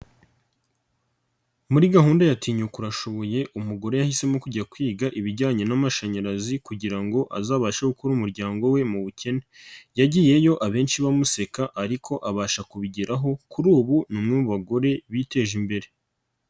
Muri gahunda yatinyuka ashoboye, umugore yahisemo kujya kwiga ibijyanye n'amashanyarazi kugira ngo azabashe gukura umuryango we mu bukene, yagiyeyo abenshi bamuseka ariko abasha kubigeraho kuri ubu ni umwe mu bagore biteje imbere.